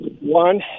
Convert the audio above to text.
One